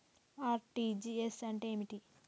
RTGS అంటే ఏమిటి?